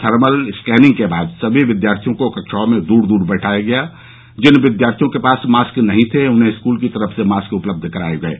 thermal scanning के बाद सभी विद्यार्थियों को कक्षाओं में दूर दूर बैठाया गया जिन विद्यार्थियों के पास मॉस्क नहीं थे उन्हें स्कूल की तरफ से मॉस्क उपलब्ध कराये गये